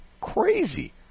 crazy